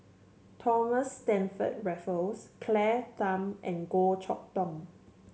Thomas Stamford Raffles Claire Tham and Goh Chok Tong